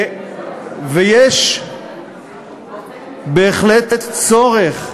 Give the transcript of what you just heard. יש בהחלט צורך,